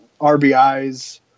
RBIs